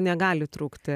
negali trūkti